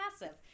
massive